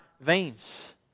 veins